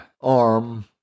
arm